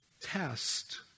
test